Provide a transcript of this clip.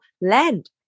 land